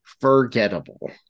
forgettable